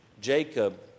Jacob